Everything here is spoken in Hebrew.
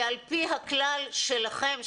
ועל פי הכלל שלכם,